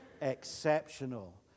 exceptional